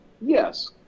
yes